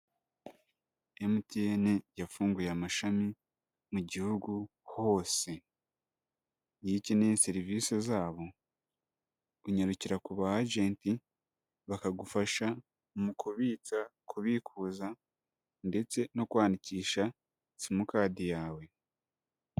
MTN yafunguye amashami mu gihugu hose. Iyo ukeneye serivisi zabo unyarukira ku ba ajenti bakagufasha mu kubitsa kubikuza, ndetse no kwandikisha simukadi yawe.